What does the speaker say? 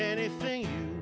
anything